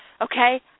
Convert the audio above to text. Okay